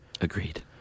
Agreed